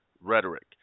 rhetoric